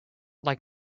like